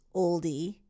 oldie